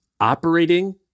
operating